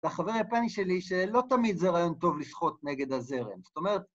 והחבר היפני שלי, שלא תמיד זה רעיון טוב לשחות נגד הזרם. זאת אומרת...